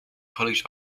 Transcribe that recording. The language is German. college